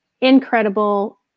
incredible